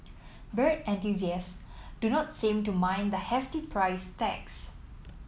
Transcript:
bird enthusiasts do not seem to mind the hefty price tags